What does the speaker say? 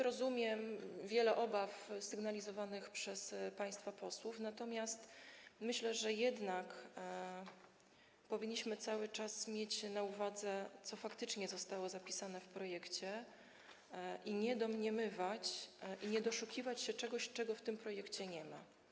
Rozumiem wiele obaw sygnalizowanych przez państwa posłów, natomiast myślę, że jednak powinniśmy cały czas mieć na uwadze to, co faktycznie zostało zapisane w projekcie, i nie domniemywać, nie doszukiwać się czegoś, czego w tym projekcie nie ma.